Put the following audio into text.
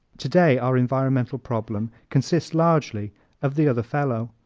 today our environmental problem consists largely of the other fellow.